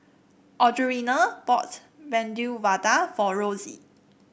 Audrianna bought Medu Vada for Rosie